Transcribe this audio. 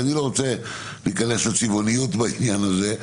אני לא רוצה להיכנס לצבעוניות בעניין הזה,